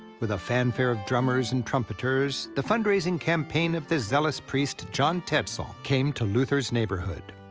with a fanfare of drummers and trumpeters, the fundraising campaign of the zealous priest john tetzel came to luther's neighborhood.